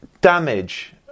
damage